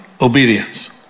Obedience